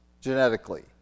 genetically